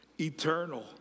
eternal